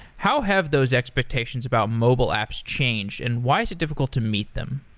how have those expectations about mobile apps changed and why is it difficult to meet them?